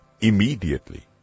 immediately